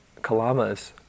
Kalamas